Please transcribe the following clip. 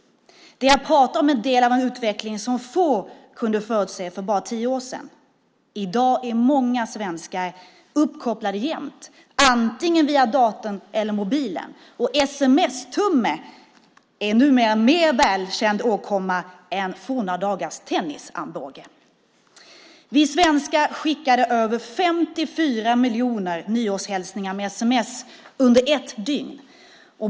Det jag pratar om är en del av en utveckling som få kunde förutse för bara tio år sedan. I dag är många svenskar uppkopplade jämt, antingen via datorn eller via mobilen. Sms-tumme är numera en mer välkänd åkomma än forna dagars tennisarmbåge. Vi svenskar skickade över 54 miljoner nyårshälsningar med sms under ett dygn.